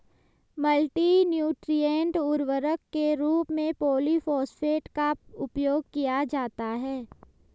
multi nutrient उर्वरक के रूप में पॉलिफॉस्फेट का उपयोग किया जाता है